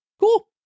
cool